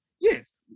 yes